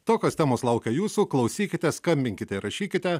tokios temos laukia jūsų klausykite skambinkite ir rašykite